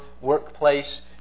workplace